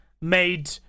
made